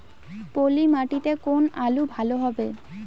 পলি মাটিতে কোন আলু ভালো হবে?